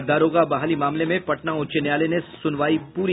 और दारोगा बहाली मामले में पटना उच्च न्यायालय ने सुनवाई पूरी